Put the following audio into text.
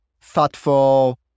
thoughtful